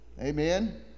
Amen